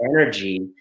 energy